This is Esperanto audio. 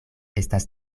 estas